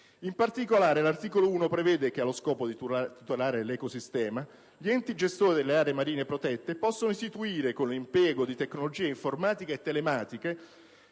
In particolare, l'articolo 1 prevede che, allo scopo di tutelare l'ecosistema, gli enti gestori delle aree marine protette possano istituire, con l'impiego di tecnologie informatiche e telematiche,